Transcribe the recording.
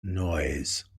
noise